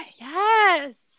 yes